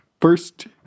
first